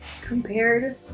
Compared